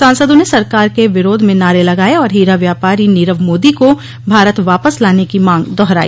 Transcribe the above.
सांसदों ने सरकार के विरोध में नारे लगाये और हीरा व्यापारी नीरव मोदी को भारत वापस लाने की मांग दोहराई